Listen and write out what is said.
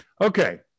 Okay